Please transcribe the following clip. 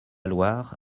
loire